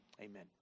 amen